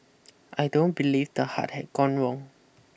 I don't believe the heart had gone wrong